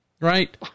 right